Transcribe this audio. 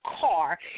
car